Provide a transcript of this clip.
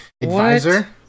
advisor